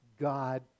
God